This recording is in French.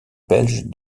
belge